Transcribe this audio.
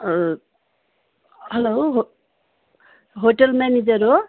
hello ह hotel manager हो